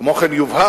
כמו כן יובהר,